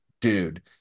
dude